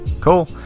Cool